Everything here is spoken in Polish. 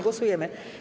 Głosujemy.